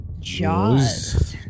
Jaws